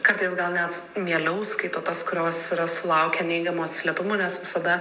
kartais gal net mieliau skaito tas kurios yra sulaukę neigiamų atsiliepimų nes visada